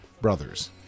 Brothers